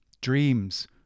dreams